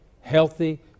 healthy